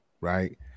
right